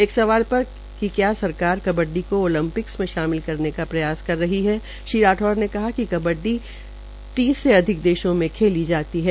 एक सवाल पर कि क्या सरकार कबड्डी को ओलपिक्स में शामिल करने का प्रयास कर रही है श्री राठौर ने कहा कि कबड्डी तीस से अधिक देशो में खेली जाती है